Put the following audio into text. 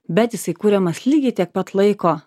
bet jisai kuriamas lygiai tiek pat laiko